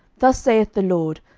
thus saith the lord,